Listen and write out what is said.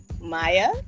Maya